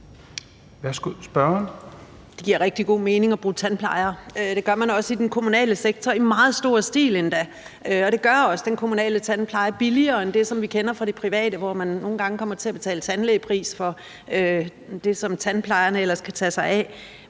Det giver rigtig god mening at bruge tandplejere. Det gør man også i den kommunale sektor i meget stor stil endda, og det gør også den kommunale tandpleje billigere end det, som vi kender fra det private, hvor man nogle gange kommer til at betale tandlægepris for det, som tandplejerne ellers kan tage sig af.